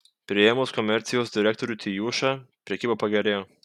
priėmus komercijos direktorių tijušą prekyba pagerėjo